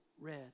red